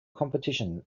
competition